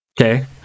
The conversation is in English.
okay